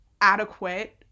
adequate